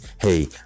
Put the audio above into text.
Hey